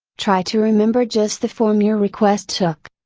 try to remember just the form your request took.